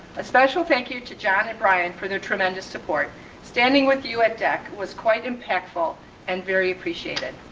a special thank you to john and brian, for their tremendous support standing with you at deck was quite impactful and very appreciated.